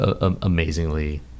amazingly